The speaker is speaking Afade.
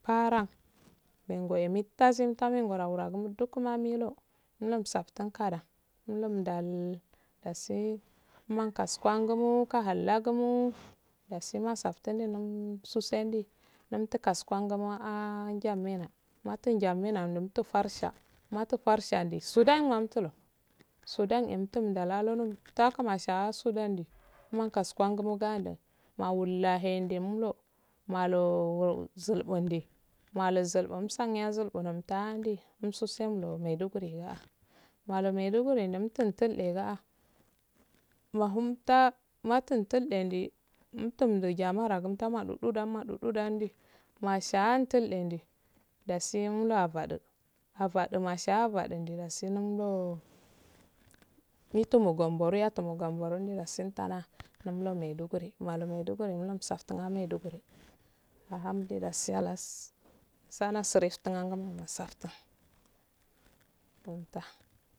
farran menggoh eh mittasi mittasi mittasin gorangumo duk ma milu umlu umsafttun umkadan umlllu un ddal dasi umhun kasuwangu moh umka halk gulmodasi mosafttun doh hey umsu sendu umtu kasuguwa ngumowa ahh njamenna umter nigamenna umtul fasa matur fargga nda sudan ma umdalu sudan undulu umtagidalogo umtaguu masha a sudan umhun kasuguwangumo ga ndu wullahe de mullo moro wulo zulbu malu zulbu eh umsanneh zulbu umtahey umse soh mardugumi molu maiduguri umtte umtul dagaah mahu mattah mahun dildde sa umtu jama'aro gi umtudan madu du dan masha ah tildde dasi umllu afadu afadu masha ah dasi ndam duu mittuko galmburu ga mitumo galmburu dasi yatak n damillu maiduguri molu maiduguri umlu umsafttan ah maiduguri ah eh dasi halasu sana stenfugulmo mo sadttun nufttah